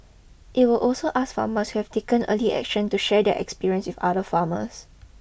it will also ask farmers who have taken early action to share their experience with other farmers